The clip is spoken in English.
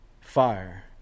fire